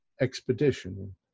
expedition